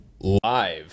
live